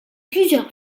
plusieurs